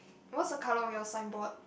what's the colour of your signboard